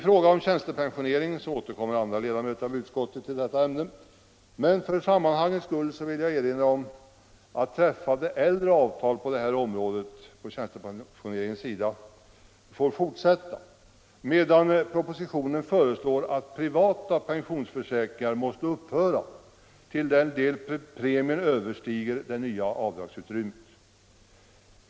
Frågan om tjänstepensioneringen kommer andra ledamöter av utskottet att ta upp, men för sammanhangets skull vill jag erinra om att träffade äldre avtal får fortsätta, medan propositionen föreslår att privata pensionsförsäkringar måste upphöra till den del premien överstiger det nya avdragsutrymmet.